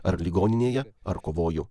ar ligoninėje ar kovoju